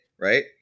right